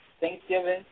Thanksgiving